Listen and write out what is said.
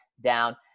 down